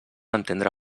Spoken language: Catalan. entendre